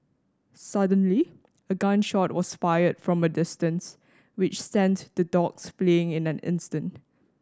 suddenly a gun shot was fired from a distance which sent the dogs fleeing in an instant